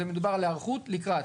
על היערכות לקראת.